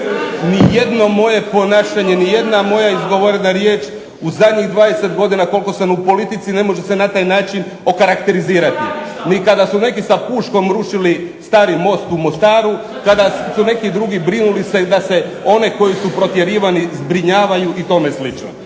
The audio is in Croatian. nijedno moje ponašanje, nijedna moja izgovorena riječ u zadnjih 20 godina koliko sam u politici ne može se na taj način okarakterizirati. Ni kada su neki sa puškom rušili Stari most u Mostaru, kada su neki drugi brinuli se da se one koji su protjerivani zbrinjavaju i tome slično.